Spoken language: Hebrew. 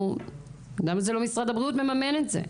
למה זה לא משרד הבריאות מממן את זה.